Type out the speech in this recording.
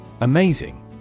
Amazing